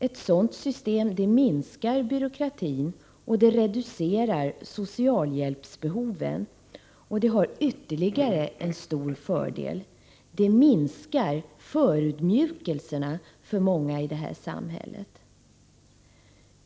Ett sådant system minskar byråkratin och socialhjälpsbehoven, och det har ytterligare en stor fördel: det minskar förödmjukelserna för många i samhället.